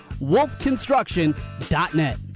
wolfconstruction.net